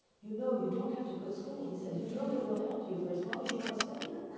you know, you don't have to quit school, he said, you know that we'll help you for as long as you want to study.